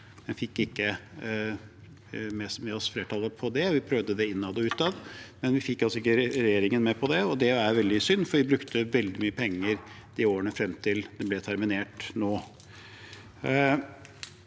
vi fikk ikke med oss flertallet på det. Vi prøvde det innad og utad, men vi fikk ikke regjeringen med på det. Det er veldig synd, for vi brukte veldig mye penger de årene frem til det nå ble terminert.